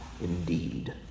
indeed